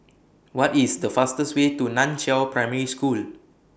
What IS The fastest Way to NAN Chiau Primary School